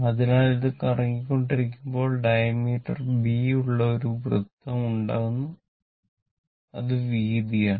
അതിനാൽ അത് കറങ്ങിക്കൊണ്ടിരിക്കുമ്പോൾ ഡയമീറ്റർ ബി ഉള്ള ഒരു വൃത്തം ഉണ്ടാക്കുന്നു അത് വീതിയാണ്